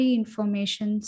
information